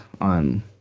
on